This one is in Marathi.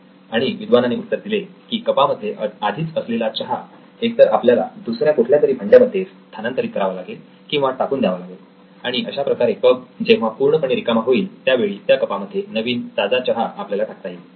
आणि विद्वानाने उत्तर दिले की कपामध्ये आधीच असलेला चहा एक तर आपल्याला दुसऱ्या कुठल्यातरी भांड्यामध्ये स्थानांतरित करावा लागेल किंवा टाकून द्यावा लागेल आणि अशा प्रकारे कप जेव्हा पूर्णपणे रिकामा होईल त्यावेळी त्यामध्ये नवीन ताजा चहा आपल्याला टाकता येईल